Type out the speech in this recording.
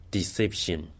Deception